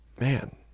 man